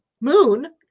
moon